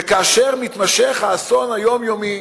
וכאשר מתמשך האסון היומיומי